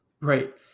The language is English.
Right